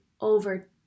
over